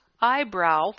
eyebrow